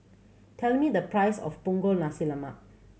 tell me the price of Punggol Nasi Lemak